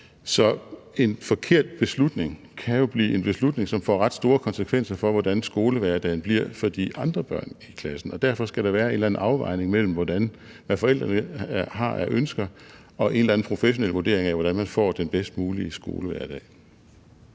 Så en forkert beslutning kan jo blive en beslutning, som får ret store konsekvenser for, hvordan skolehverdagen bliver for de andre børn i klassen, og derfor skal der være en eller anden afvejning mellem, hvad forældrene har af ønsker, og en eller anden professionel vurdering af, hvordan man får den bedst mulige skolehverdag.